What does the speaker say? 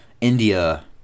India